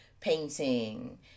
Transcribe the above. painting